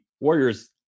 Warriors